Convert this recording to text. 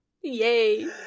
Yay